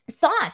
thoughts